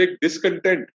discontent